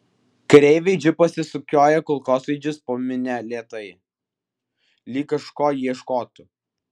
kareiviai džipuose sukioja kulkosvaidžius po minią lėtai lyg kažko ieškotų